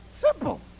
Simple